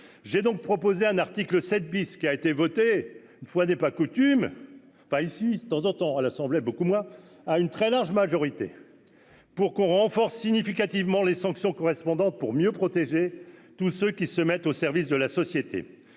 j'ai donc proposé un article 7 bis qui a été votée, une fois n'est pas coutume pas ici de temps en temps, à l'Assemblée, beaucoup moins à une très large majorité pour qu'on renforce significativement les sanctions correspondantes pour mieux protéger tous ceux qui se mettent au service de la société,